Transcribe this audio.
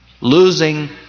losing